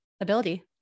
ability